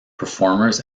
performers